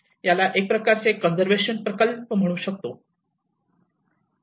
याला एक प्रकारचे कंझर्वेशन प्रकल्प म्हणू शकतो